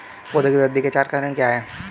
पौधे की वृद्धि के चार चरण क्या हैं?